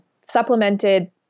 supplemented